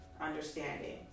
Understanding